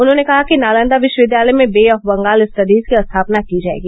उन्होंने कहा कि नालंदा विश्वविद्यालय में बे ऑफ बंगाल स्टडीज की स्थापना की जायेगी